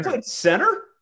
Center